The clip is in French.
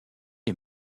est